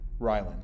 rylan